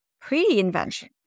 pre-invention